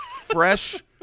Fresh